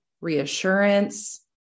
reassurance